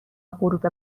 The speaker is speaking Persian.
غروب